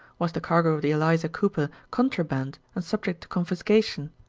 was the cargo of the eliza cooper contraband and subject to confiscation?